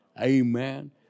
Amen